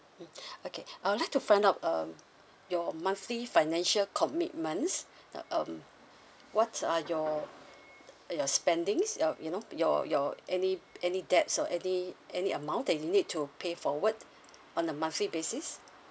mm okay I would like to find out um your monthly financial commitments um what are your your spendings your you know your your any any debts or any any amount that you need to pay forward on a monthly basis